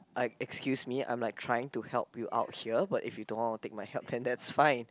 I excuse me I'm like trying to help you out here but you don't want to take my help then that's fine